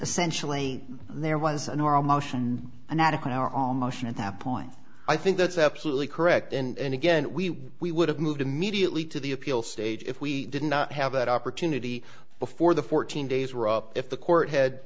essentially there was an oral motion and adequate our own motion at that point i think that's absolutely correct and again we we would have moved immediately to the appeal stage if we didn't have that opportunity before the fourteen days were up if the court had